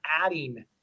adding